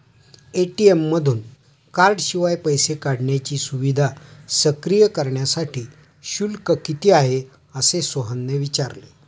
ATM मधून कार्डशिवाय पैसे काढण्याची सुविधा सक्रिय करण्यासाठी शुल्क किती आहे, असे सोहनने विचारले